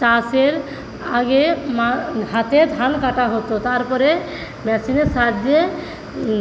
চাষের আগে মা হাতে ধান কাটা হত তারপরে মেশিনের সাহায্যে